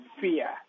fear